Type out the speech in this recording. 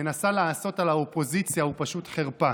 מנסה לעשות על האופוזיציה הוא פשוט חרפה.